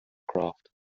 craft